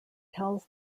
tells